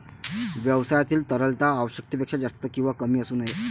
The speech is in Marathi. व्यवसायातील तरलता आवश्यकतेपेक्षा जास्त किंवा कमी असू नये